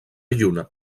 lluna